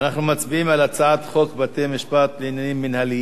אנחנו מצביעים על הצעת חוק בתי-משפט לעניינים מינהליים